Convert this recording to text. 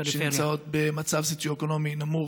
שנמצאות במצב סוציו-אקונומי נמוך.